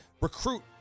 recruit